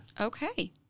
Okay